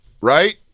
right